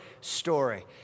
story